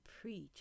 preach